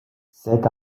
c’est